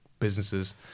businesses